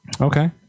Okay